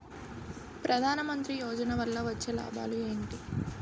ప్రధాన మంత్రి యోజన వల్ల వచ్చే లాభాలు ఎంటి?